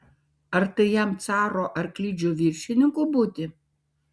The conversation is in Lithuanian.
ar tai jam caro arklidžių viršininku būti